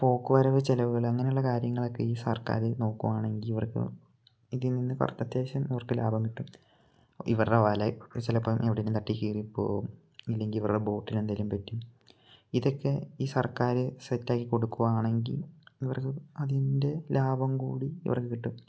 പോക്കുവരവ് ചെലവുകള് അങ്ങനെയുള്ള കാര്യങ്ങളൊക്കെ ഈ സർക്കാര് നോക്കുകയാണെങ്കില് ഇവർക്ക് ഇതിൽ നിന്ന് അവർക്ക് അത്യാവശ്യം അവർക്ക് ലാഭം കിട്ടും ഇവരുടെ വലയും ചിലപ്പോള് എവിടെയെങ്കിലും തട്ടി കീറിപ്പോകും ഇല്ലെങ്കില് ഇവരുടെ ബോട്ടിനെന്തെങ്കിലും പറ്റും ഇതൊക്കെ ഈ സർക്കാര് സെറ്റാക്കിക്കൊടുക്കുകയാണെങ്കില് ഇവർക്ക് അതിൻറ്റെ ലാഭം കൂടി ഇവർക്ക് കിട്ടും